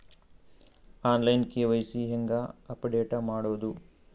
On line KYC ಹೇಂಗ update ಮಾಡೋದು?